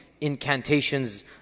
incantations